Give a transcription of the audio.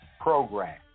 program